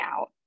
out